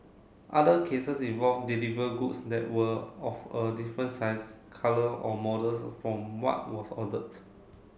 other cases involve deliver goods that were of a different size colour or models from what was ordered